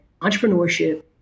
entrepreneurship